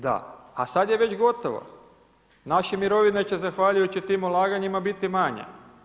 Da, a sad je već gotovo, naše mirovine će zahvaljujući tim ulaganjima biti manje.